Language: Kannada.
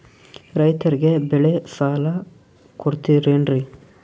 ರೈತರಿಗೆ ಬೆಳೆ ಸಾಲ ಕೊಡ್ತಿರೇನ್ರಿ?